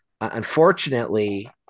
Unfortunately